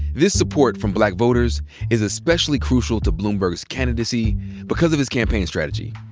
this support from black voters is especially crucial to bloomberg's candidacy because of his campaign strategy.